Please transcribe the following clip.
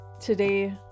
today